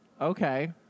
Okay